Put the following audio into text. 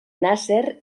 nasser